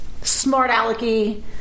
smart-alecky